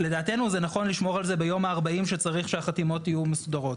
לדעתנו זה נכון לשמור על זה ביום ה-40 שצריך שהחתימות יהיו מסודרות.